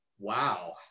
Wow